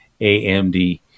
AMD